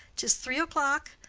tis three o'clock.